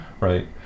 right